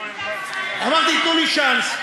אמרתי: תנו לי צ'אנס.